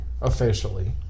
officially